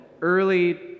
early